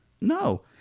No